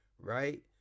right